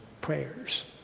prayers